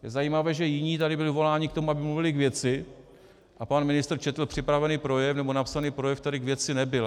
Je zajímavé, že jiní tady byli voláni k tomu, aby mluvili k věci, a pan ministr četl připravený projev, nebo napsaný projev, který k věci nebyl.